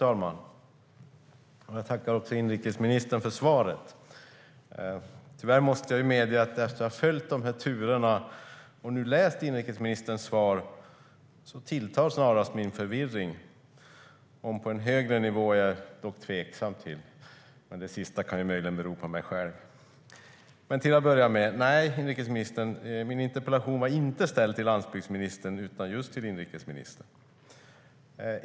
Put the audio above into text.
Fru talman! Jag tackar inrikesministern för svaret. Tyvärr måste jag medge att efter att ha följt turerna och hört inrikesministerns svar tilltar snarast min förvirring - om det är på en högre nivå är jag dock tveksam till, men det sista kan möjligen bero på mig själv. Låt mig inleda med att säga till ministern att min interpellation inte var ställd till landsbygdsministern utan just till inrikesministern.